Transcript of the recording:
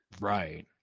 right